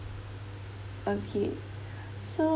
okay so